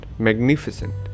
magnificent